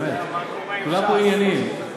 באמת, כולם פה ענייניים.